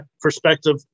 perspective